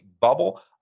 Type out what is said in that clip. bubble